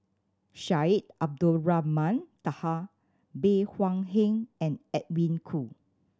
Syed Abdulrahman Taha Bey Hua Heng and Edwin Koo